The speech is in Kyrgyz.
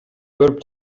көрүп